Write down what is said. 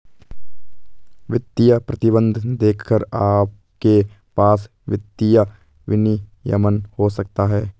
वित्तीय प्रतिबंध देखकर आपके पास वित्तीय विनियमन हो सकता है